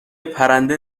پرنده